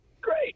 Great